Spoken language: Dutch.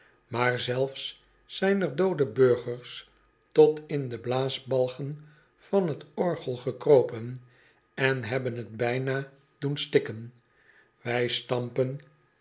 maar zelfs zijn er doode burgers tot in de blaasbalgen van t orgel gekropen en hebben t bijna doen stikken wij stampen